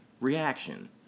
reaction